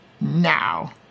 now